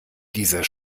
dieser